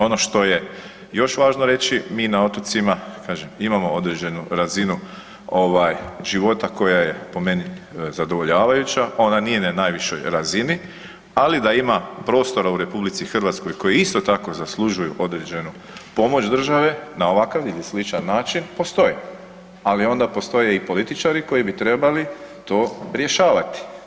Ono što je još važno reći, mi na otocima imamo određenu razinu života koja je po meni zadovoljavajuća, ona nije na najvišoj razini, ali da ima prostora u RH koji isto tako zaslužuju određenu pomoć države na ovakav ili sličan način postoji, ali onda postoje i političari koji bi trebali to rješavati.